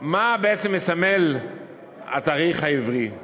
מה בעצם מסמל התאריך העברי?